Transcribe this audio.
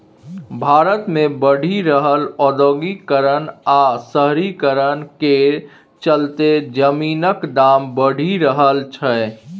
भारत मे बढ़ि रहल औद्योगीकरण आ शहरीकरण केर चलते जमीनक दाम बढ़ि रहल छै